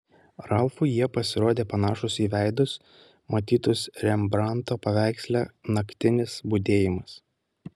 ralfui jie pasirodė panašūs į veidus matytus rembranto paveiksle naktinis budėjimas